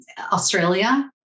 Australia